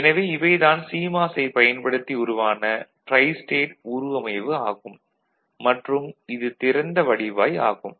எனவே இவை தான் சிமாஸ் ஐப் பயன்படுத்தி உருவான ட்ரைஸ்டேட் உருவமைவு ஆகும் மற்றும் இது திறந்த வடிவாய் ஆகும்